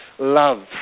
Love